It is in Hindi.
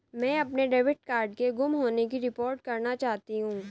मैं अपने डेबिट कार्ड के गुम होने की रिपोर्ट करना चाहती हूँ